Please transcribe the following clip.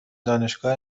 دانشگاه